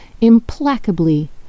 implacably